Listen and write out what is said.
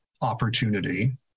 opportunity